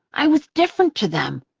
i was different to them.